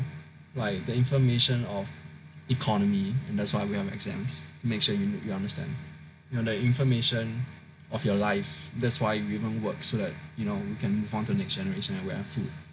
like the information of economy and that's why we have exams to make sure you understand you know the information of your life that's why we work so that you know we can move on to the next generation